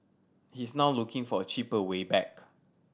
he is now looking for a cheaper way back